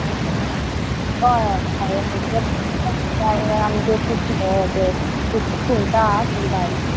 हय हय हांयेन न्हू तें मचे किस्म हें तें सुकी सुंगटां ती बारीक